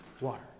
water